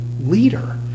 leader